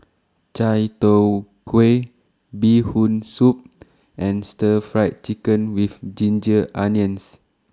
Chai Tow Kuay Bee Hoon Soup and Stir Fried Chicken with Ginger Onions